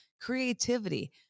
creativity